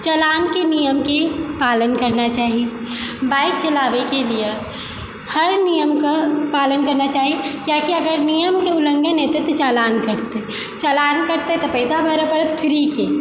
चलानके नियमकेँ पालन करना चाही बाइक चलाबैके लिए हर नियमकेँ पालन करना चाही चाहे कि नियमकेँ उल्लङ्घन हेतै तऽ चलान कटतै चलान कटतै तऽ पैसा भरै पड़त फ्रीके